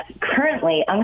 Currently